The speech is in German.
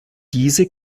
diese